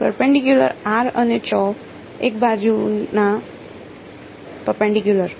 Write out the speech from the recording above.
perpendicular અને એકબીજાના perpendicular